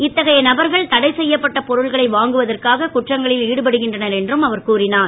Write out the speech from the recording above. இத்தகைய நபர்கள் தடைசெய்யப்பட்ட பொருட்களை வாங்குவதற்காக குற்றங்களில் ஈடுபடுகின்றனர் என்று கூறினார்